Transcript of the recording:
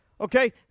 Okay